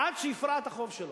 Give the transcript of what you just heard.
עד שיפרע את החוב שלו.